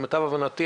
למטב הבנתי,